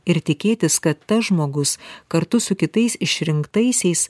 ir tikėtis kad tas žmogus kartu su kitais išrinktaisiais